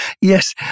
Yes